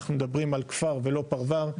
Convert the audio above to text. אנחנו מדברים על כפר ולא פרבר.